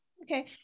Okay